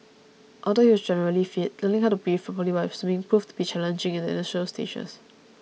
although he was generally fit learning how to breathe properly while swimming proved to be challenging in the initial stages